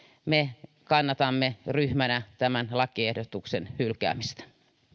me kannatamme ryhmänä tämän lakiehdotuksen hylkäämistä